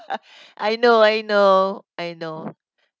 I know I know I know